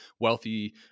wealthy